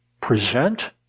present